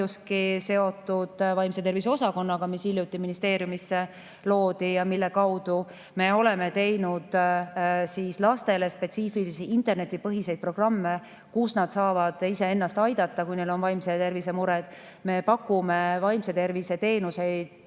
paljuski seotud vaimse tervise osakonnaga, mis hiljuti ministeeriumisse loodi ja mille kaudu me oleme teinud lastele spetsiifilisi internetipõhiseid programme, mille põhjal nad saavad ise ennast aidata, kui neil on vaimse tervise mured. Me pakume vaimse tervise teenuste